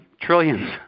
trillions